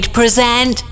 present